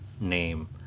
name